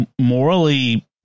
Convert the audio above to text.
morally